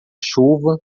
chuva